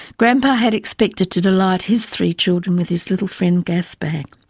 grandpa had expected to delight his three children with his little friend gasbag.